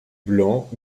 blanc